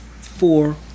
four